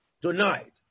tonight